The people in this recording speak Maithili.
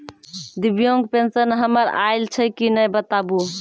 दिव्यांग पेंशन हमर आयल छै कि नैय बताबू?